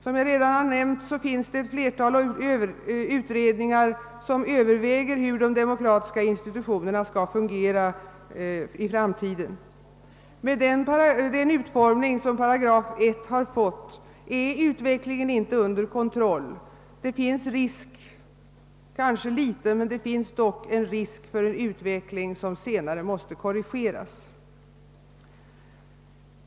Som jag tidigare nämnt har vi flera utredningar som överväger hur de demokratiska institutionerna skall fungera i framtiden. Med den utformning som 1 8 fått är utvecklingen inte under kontroll; det finns en visserligen liten men dock risk för en utveckling som senare måste korrigeras.